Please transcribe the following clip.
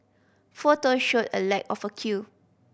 photo showed a lack of a queue